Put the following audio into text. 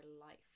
life